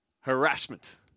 harassment